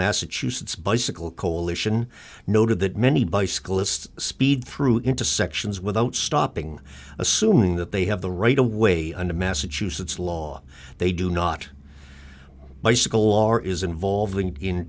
massachusetts bicycle coalition noted that many bicyclists speed through into sections without stopping assuming that they have the right away under massachusetts law they do not bicycle or is involving in